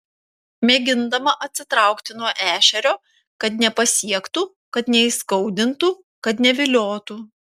mėgindama atsitraukti nuo ešerio kad nepasiektų kad neįskaudintų kad neviliotų